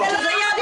לא.